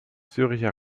zürcher